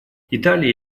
италия